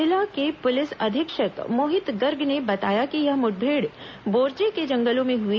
जिले के पुलिस अधीक्षक मोहित गर्ग ने बताया कि यह मुठभेड़ बोरजे के जंगलों में हुई